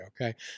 okay